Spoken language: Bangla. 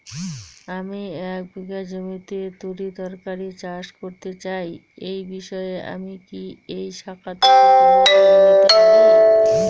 আমি এক বিঘা জমিতে তরিতরকারি চাষ করতে চাই এই বিষয়ে আমি কি এই শাখা থেকে কোন ঋণ পেতে পারি?